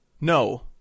No